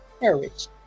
courage